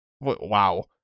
wow